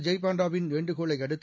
ஜெய்பாண்டா விள் வேண்டுகோளை அடுத்து